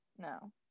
No